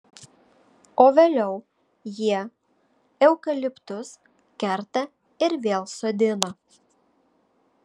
o vėliau jie eukaliptus kerta ir vėl sodina